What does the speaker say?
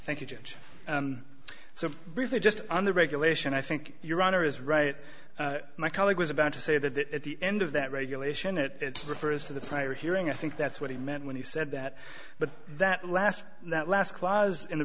thank you judge so briefly just on the regulation i think your honor is right my colleague was about to say that at the end of that regulation it refers to the prior hearing i think that's what he meant when he said that but that last that last clause in the